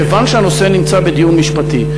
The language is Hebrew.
כיוון שהנושא נמצא בדיון משפטי.